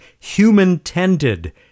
human-tended